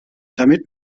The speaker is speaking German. damit